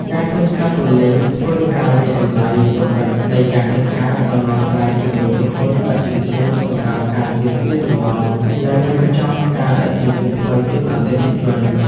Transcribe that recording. ការខូចខាតទំនិញ ធ្វើការវាយតម្លៃកម្រិតនៃការខូចខាត ដោះស្រាយជាមួយក្រុមហ៊ុនដឹកជញ្ជូនសម្រាប់ការទាមទារសំណង និងរៀបចំការដឹកជញ្ជូនថ្មីជូនអតិថិជន។